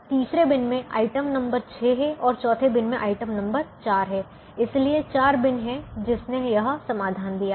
तीसरे बिन में item number 6 है और चौथे बिन में आइटम नंबर 4 है इसलिए 4 बिन हैं जिसने यह समाधान दिया है